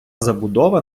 забудова